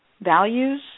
values